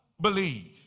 believe